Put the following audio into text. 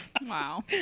wow